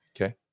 Okay